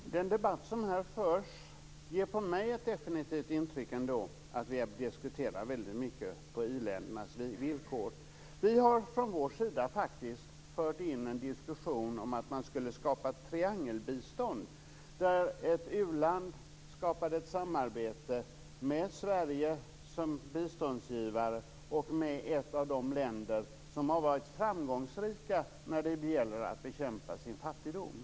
Fru talman! Den debatt som här förs ger ändå på mig ett definitivt intryck av att vi diskuterar på iländernas villkor. Vi har från vår sida faktiskt fört in en diskussion om att man skall skapa triangelbistånd. Ett u-land skapar ett samarbete med Sverige som biståndsgivare och med ett av de länder som har varit framgångsrika när det gäller att bekämpa sin fattigdom.